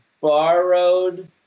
borrowed